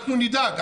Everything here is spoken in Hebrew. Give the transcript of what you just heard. אנחנו נדאג,